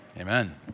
Amen